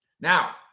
Now